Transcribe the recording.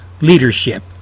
leadership